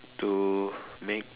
to make